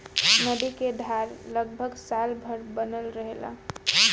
नदी क धार लगभग साल भर बनल रहेला